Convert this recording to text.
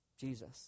Jesus